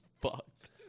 fucked